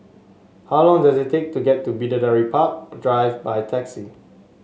how long does it take to get to Bidadari Park Drive by taxi